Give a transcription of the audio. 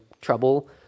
trouble